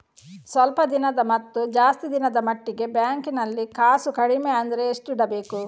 ಸ್ವಲ್ಪ ದಿನದ ಮತ್ತು ಜಾಸ್ತಿ ದಿನದ ಮಟ್ಟಿಗೆ ಬ್ಯಾಂಕ್ ನಲ್ಲಿ ಕಾಸು ಕಡಿಮೆ ಅಂದ್ರೆ ಎಷ್ಟು ಇಡಬೇಕು?